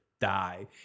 die